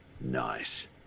Nice